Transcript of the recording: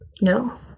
No